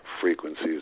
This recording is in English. frequencies